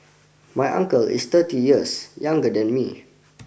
my uncle is thirty years younger than me